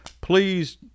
Please